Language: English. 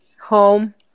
home